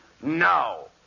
No